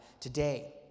today